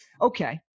okay